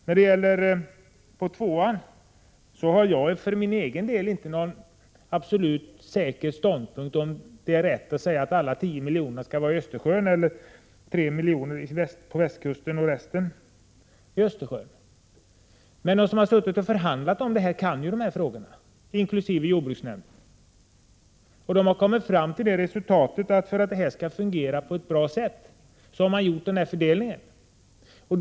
I den andra frågan har jag för min del inte någon absolut säker ståndpunkt ifall det är rätt att säga att alla 10 miljonerna skall gå till fisket i Östersjön eller om 3 miljoner skall tilldelas västkusten och resten Östersjön. Men de som förhandlat, inkl. jordbruksnämnden, kan dessa frågor, och de har kommit 151 fram till att det är bra med denna fördelning för att det skall fungera.